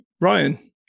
Ryan